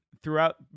throughout